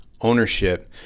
ownership